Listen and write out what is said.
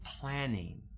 planning